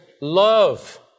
love